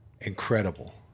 incredible